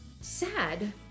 sad